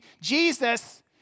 Jesus